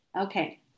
Okay